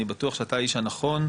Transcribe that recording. אני בטוח שאתה האיש הנכון,